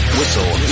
Whistle